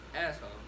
asshole